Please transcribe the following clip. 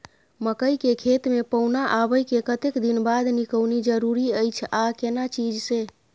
मकई के खेत मे पौना आबय के कतेक दिन बाद निकौनी जरूरी अछि आ केना चीज से?